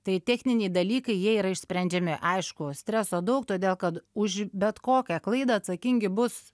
tai techniniai dalykai jie yra išsprendžiami aišku streso daug todėl kad už bet kokią klaidą atsakingi bus